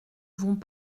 vont